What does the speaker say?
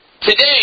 today